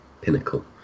pinnacle